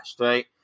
right